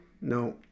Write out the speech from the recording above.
No